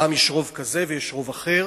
פעם יש רוב כזה ויש רוב אחר,